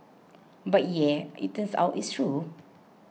but yeah it turns out it's true